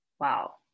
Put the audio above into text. wow